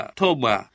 toba